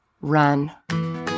run